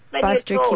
Buster